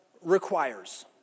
requires